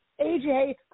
AJ